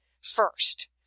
first